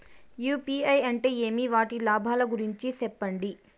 UPI అంటే ఏమి? వాటి లాభాల గురించి సెప్పండి?